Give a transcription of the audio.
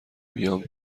بیام